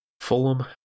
Fulham